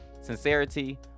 sincerity